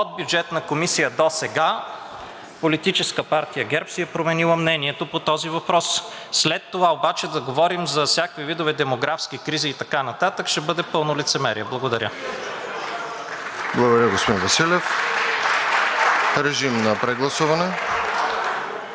от Бюджетната комисия досега Политическа партия ГЕРБ си е променила мнението по този въпрос. След това обаче да говорим за всякакви видове демографски кризи и така нататък, ще бъде пълно лицемерие. Благодаря. ПРЕДСЕДАТЕЛ РОСЕН ЖЕЛЯЗКОВ: Благодаря, господин Василев. Режим на прегласуване.